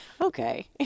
Okay